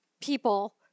people